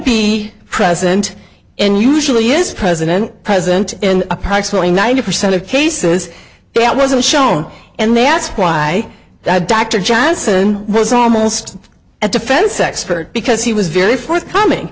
be present and usually is president present in approximately ninety percent of cases that wasn't shown and they ask why dr johnson was almost a defense expert because he was very forthcoming